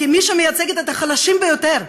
כמי שמייצגת את החלשים ביותר,